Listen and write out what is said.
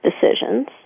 decisions